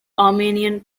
armenian